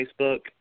Facebook